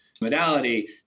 modality